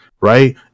right